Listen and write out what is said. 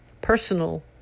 personal